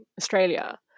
Australia